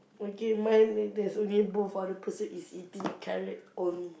okay mine is there's only both other person is eating carrot only